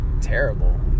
terrible